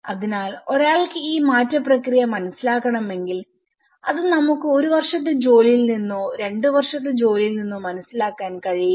അതിനാൽ ഒരാൾക്ക് ഈ മാറ്റ പ്രക്രിയ മനസ്സിലാക്കണമെങ്കിൽ അത് നമുക്ക് ഒരു വർഷത്തെ ജോലിയിൽ നിന്നോ രണ്ട് വർഷത്തെ ജോലിയിൽ നിന്നോ മനസ്സിലാക്കാൻ കഴിയില്ല